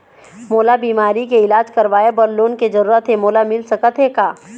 मोला बीमारी के इलाज करवाए बर लोन के जरूरत हे मोला मिल सकत हे का?